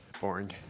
Boring